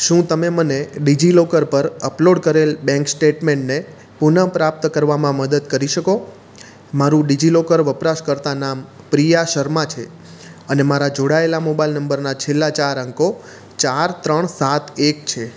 શું તમે મને ડિજિલોકર પર અપલોડ કરેલ બેંક સ્ટેટમેન્ટને પુનઃપ્રાપ્ત કરવામાં મદદ કરી શકો મારું ડિજિલોકર વપરાશકર્તા નામ પ્રિયા શર્મા છે અને મારા જોડાયેલા મોબાઈલ નંબરના છેલ્લા ચાર અંકો ચાર ત્રણ સાત એક છે